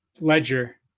ledger